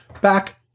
back